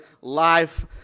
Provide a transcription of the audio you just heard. life